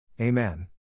Amen